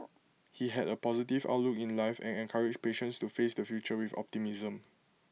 he had A positive outlook in life and encouraged patients to face the future with optimism